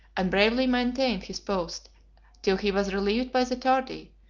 and bravely maintained his post till he was relieved by the tardy,